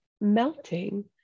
melting